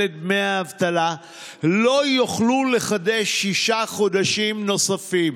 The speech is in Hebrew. את דמי האבטלה ולא יוכלו לחדש שישה חודשים נוספים.